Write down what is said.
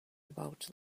about